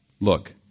Look